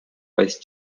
vice